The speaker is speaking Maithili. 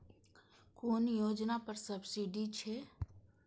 कुन योजना पर सब्सिडी छै?